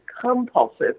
compulsive